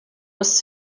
was